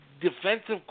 defensive